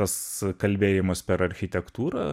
tas kalbėjimas per architektūrą